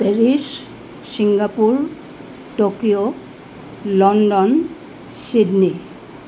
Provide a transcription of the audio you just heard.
Paris Singapore Tokyo London Sydney